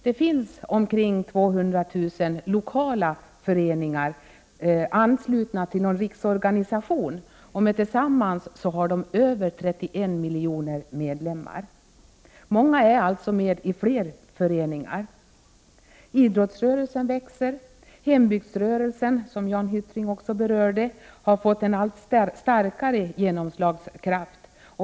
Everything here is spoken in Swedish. Det finns omkring 200 000 lokala föreningar anslutna till någon riksorganisation. Tillsammans har de över 31 miljoner medlemmar. Många är alltså medlemmar i flera föreningar. Idrottsrörelsen växer. Hembygdsrörelsen, som även Jan Hyttring berörde, har fått en allt starkare genomslagskraft.